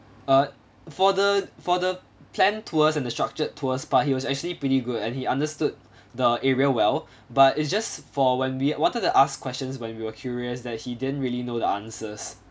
uh for the for the plan tours and the structured tours but he was actually pretty good and he understood the area well but it's just for when we wanted to ask questions when we were curious that he didn't really know the answers